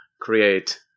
create